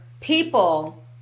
people